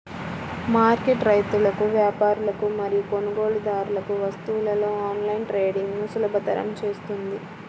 market రైతులకు, వ్యాపారులకు మరియు కొనుగోలుదారులకు వస్తువులలో ఆన్లైన్ ట్రేడింగ్ను సులభతరం చేస్తుంది